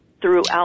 throughout